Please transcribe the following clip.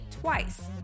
twice